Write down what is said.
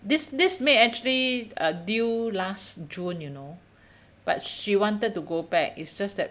this this maid actually uh due last june you know but she wanted to go back it's just that